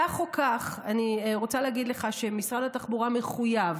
כך או כך, אני רוצה להגיד לך שמשרד התחבורה מחויב